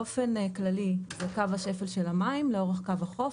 באופן כללי זה קו השפל של המים לאורך קו החוף,